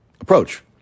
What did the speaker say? approach